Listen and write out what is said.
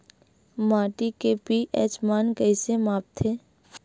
माटी के पी.एच मान कइसे मापथे?